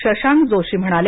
शशांक जोशी म्हणाले